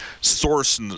source